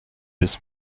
this